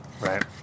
Right